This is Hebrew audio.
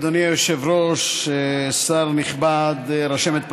אדוני היושב-ראש, שר נכבד, רשמת פרלמנטרית,